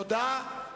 תודה.